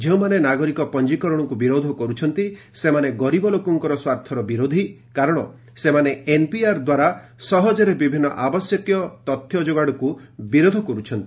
ଯେଉଁମାନେ ନାଗରିକ ପଞ୍ଜିକରଣକୁ ବିରୋଧ କରୁଛନ୍ତି ସେମାନେ ଗରିବ ଲୋକଙ୍କ ସ୍ୱାର୍ଥର ବିରୋଧୀ କାରଣ ସେମାନେ ଏନ୍ପିଆର୍ ଦ୍ୱାରା ସହଜରେ ବିଭିନ୍ନ ଆବଶ୍ୟକୀୟ ତଥ୍ୟ ଯୋଗାଡ଼କୁ ବିରୋଧ କରୁଛନ୍ତି